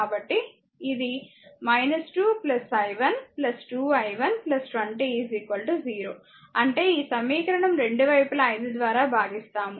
కాబట్టి ఇది 2 i 1 2i1 20 0 అంటే ఈ సమీకరణం రెండు వైపులా 5 ద్వారా భాగిస్తాము